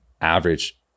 average